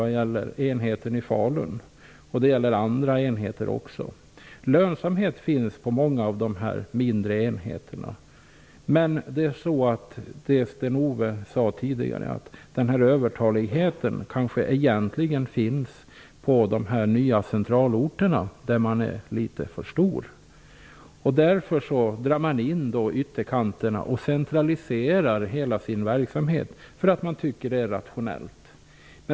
Det gäller även andra enheter. Det finns lönsamhet på många av de mindre enheterna. Sten-Ove Sundström sade tidigare att övertaligheten egentligen finns på de nya centralorterna. Där är verksamheten litet för stor. Därför drar man in ytterkanterna och centraliserar hela sin verksamhet. Man tycker att det är rationellt.